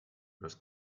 los